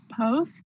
Post